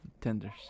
tenders